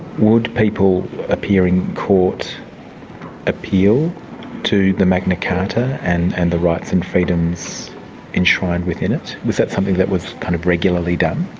would people appearing in court appeal to the magna carta and and the rights and freedoms enshrined within it? was that something that was kind of regularly done?